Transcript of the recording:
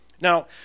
Now